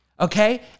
okay